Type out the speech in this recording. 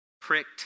pricked